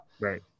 Right